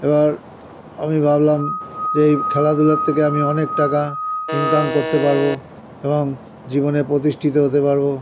এবার আমি ভাবলাম যে এই খেলাধূলার থেকে আমি অনেক টাকা ইনকাম করতে পারব এবং জীবনে প্রতিষ্ঠিত হতে পারব